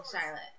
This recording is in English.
Charlotte